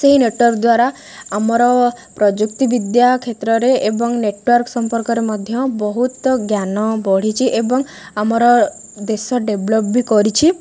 ସେହି ନେଟ୍ୱାର୍କ ଦ୍ୱାରା ଆମର ପ୍ରଯୁକ୍ତିବିଦ୍ୟା କ୍ଷେତ୍ରରେ ଏବଂ ନେଟ୍ୱାର୍କ ସମ୍ପର୍କରେ ମଧ୍ୟ ବହୁତ ଜ୍ଞାନ ବଢ଼ିଛି ଏବଂ ଆମର ଦେଶ ଡେଭଲପ୍ ବି କରିଛି